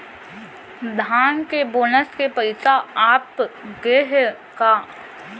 धान के बोनस के पइसा आप गे हे का?